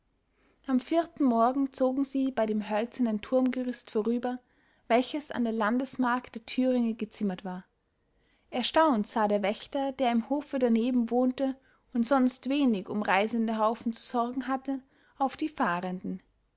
am vierten morgen zogen sie bei dem hölzernen turmgerüst vorüber welches an der landesmark der thüringe gezimmert war erstaunt sah der wächter der im hofe daneben wohnte und sonst wenig um reisende haufen zu sorgen hatte auf die fahrenden